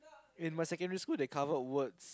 in my secondary school they covered words